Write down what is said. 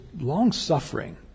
long-suffering